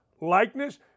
likeness